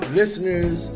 listeners